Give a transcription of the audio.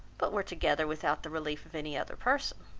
but were together without the relief of any other person.